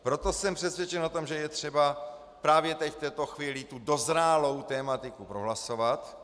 Proto jsem přesvědčen o tom, že je třeba právě teď, v tuto chvíli, tu dozrálou tematiku prohlasovat.